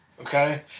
okay